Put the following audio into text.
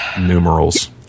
numerals